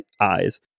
eyes